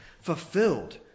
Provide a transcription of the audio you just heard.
fulfilled